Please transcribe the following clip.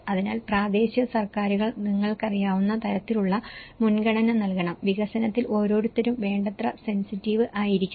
അതിനാൽ പ്രാദേശിക സർക്കാരുകൾ നിങ്ങൾക്കറിയാവുന്ന തരത്തിലുള്ള മുൻഗണന നൽകണം വികസനത്തിൽ ഓരോരുത്തരും വേണ്ടത്ര സെൻസിറ്റീവ് ആയിരിക്കണം